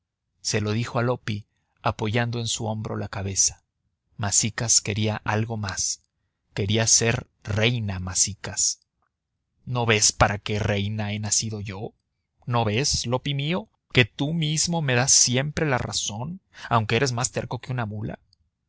se lo dijo a loppi apoyando en su hombro la cabeza masicas quería algo más quería ser reina masicas no ves que para reina he nacido yo no ves loppi mío que tú mismo me das siempre la razón aunque eres más terco que una mula